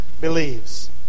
believes